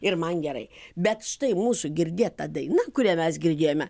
ir man gerai bet štai mūsų girdėta daina kurią mes girdėjome